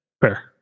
Fair